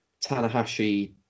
Tanahashi